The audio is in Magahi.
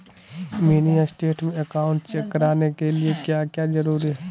मिनी स्टेट में अकाउंट चेक करने के लिए क्या क्या जरूरी है?